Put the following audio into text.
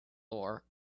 door